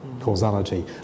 causality